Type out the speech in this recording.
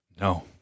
No